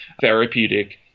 therapeutic